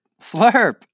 slurp